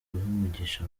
umugisha